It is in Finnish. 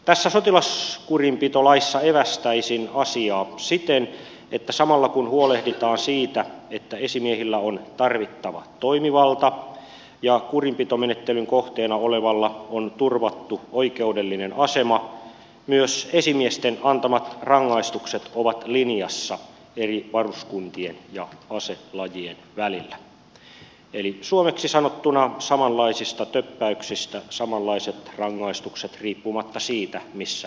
tässä sotilaskurinpitolaissa evästäisin asiaa siten että samalla kun huolehditaan siitä että esimiehillä on tarvittava toimivalta ja kurinpitomenettelyn kohteena olevalla on turvattu oikeudellinen asema myös esimiesten antamat rangaistukset ovat linjassa eri varuskuntien ja aselajien välillä eli suomeksi sanottuna samanlaisista töppäyksistä samanlaiset rangaistukset riippumatta siitä missä